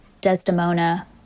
Desdemona